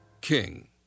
King